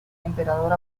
emperador